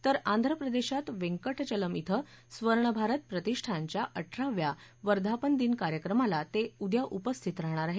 तर आंध्र प्रदेशात वेंक बिलम क्रें स्वर्ण भारत प्रतिष्ठानच्या अठराव्या वर्धापन दिन कार्यक्रमाला ते उद्या उपस्थित राहणार आहेत